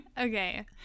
Okay